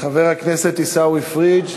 חבר הכנסת עיסאווי פריג',